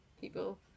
people